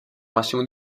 massimo